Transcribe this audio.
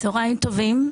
תודה רבה.